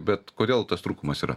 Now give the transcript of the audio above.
bet kodėl tas trūkumas yra